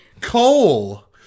Cole